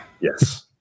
Yes